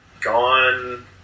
gone